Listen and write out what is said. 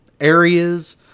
areas